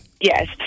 Yes